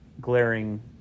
glaring